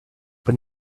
but